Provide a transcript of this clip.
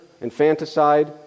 infanticide